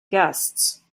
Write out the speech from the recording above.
guests